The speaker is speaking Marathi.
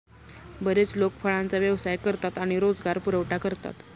बरेच लोक फळांचा व्यवसाय करतात आणि रोजगार पुरवठा करतात